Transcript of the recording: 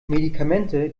medikamente